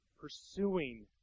Pursuing